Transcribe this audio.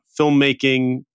filmmaking